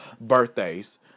birthdays